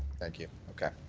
thank you. okay.